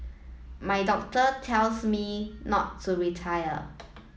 my doctor tells me not to retire